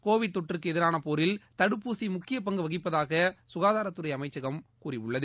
Covid தொற்றுக்கு எதிரான போரில் தடுப்பூசி முக்கியப் பங்கு வகிப்பதாக சுகாதாரத்துறை அமைச்சகம் கூறியுள்ளது